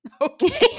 okay